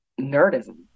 nerdism